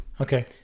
Okay